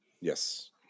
Yes